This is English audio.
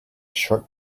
short